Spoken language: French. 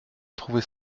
trouvait